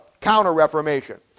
Counter-Reformation